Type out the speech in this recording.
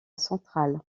central